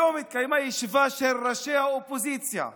היום התקיימה ישיבה של ראשי האופוזיציה.